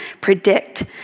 predict